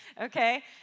Okay